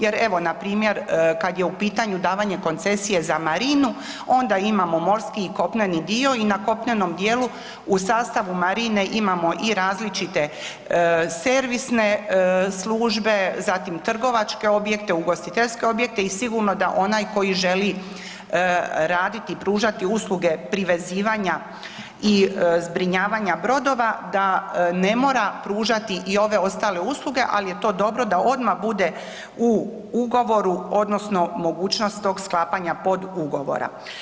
Jer evo npr. kada je u pitanju davanje koncesije za marinu onda imamo morski i kopneni dio i na kopnenom dijelu u sastavu marine imamo i različite servisne službe, zatim trgovačke objekte, ugostiteljske objekte i sigurno da onaj koji želi raditi i pružati usluge privezivanja i zbrinjavanja brodova da ne mora pružati i ove ostale usluge, ali je to dobro da odmah bude u ugovoru odnosno mogućnost tog sklapanja podugovora.